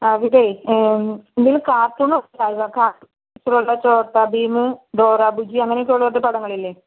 ആ ഇതേ എന്തെങ്കിലും കാർട്ടൂൺ ഒക്കെ കാർട്ടൂൺ ഒള്ള ഛോട്ടാ ഭീം ഡോറ ബുജ്ജി അങ്ങനെയൊക്കെ ഉള്ള കുറച്ച് പടങ്ങൾ ഇല്ലേ